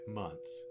months